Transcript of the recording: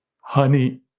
honey